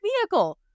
vehicle